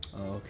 Okay